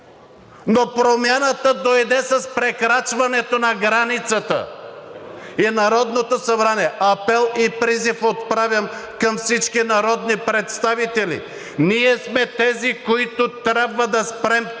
но промяната дойде с прекрачването на границата. И Народното събрание – апел и призив отправям към всички народни представители, ние сме тези, които трябва да спрем това